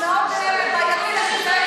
מאוד בעייתי בעינייך,